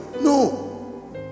no